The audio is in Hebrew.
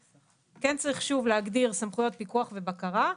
שוב, כן צריך להגדיר סמכויות פיקוח ובקרה,